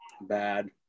bad